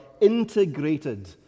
integrated